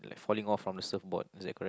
like falling off from the surfboard is that correct